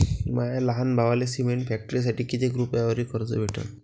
माया लहान भावाले सिमेंट फॅक्टरीसाठी कितीक रुपयावरी कर्ज भेटनं?